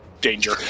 danger